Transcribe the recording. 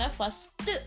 first